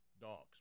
Dogs